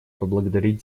поблагодарить